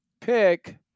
pick